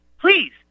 Please